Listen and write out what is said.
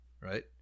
right